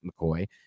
McCoy